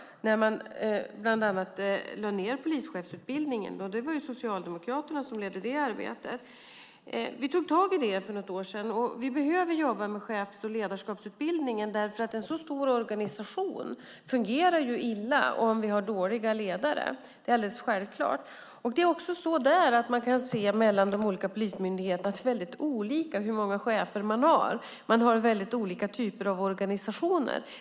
Bland annat lades polischefsutbildningen ned. Det var Socialdemokraterna som ledde det arbetet. Vi tog tag i frågan för något år sedan. Vi behöver jobba med chefs och ledarskapsutbildningen eftersom en så stor organisation fungerar illa om vi har dåliga ledare. Det är alldeles självklart. De olika polismyndigheterna är olika i hur många chefer som finns där. De har olika typer av organisationer.